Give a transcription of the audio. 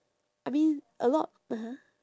I mean a lot (uh huh)